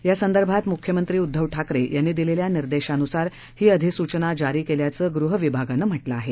यासंदर्भात मुख्यमंत्री उद्धव ठाकरे यांनी दिलेल्या निर्देशानुसार ही अधिसूचना जारी केल्याचं गृहविभागानं म्हटलं आहे